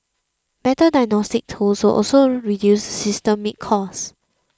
better diagnostics tools will also reduce systemic cost